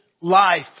life